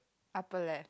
upper left